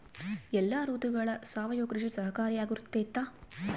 ಎಲ್ಲ ಋತುಗಳಗ ಸಾವಯವ ಕೃಷಿ ಸಹಕಾರಿಯಾಗಿರ್ತೈತಾ?